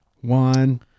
One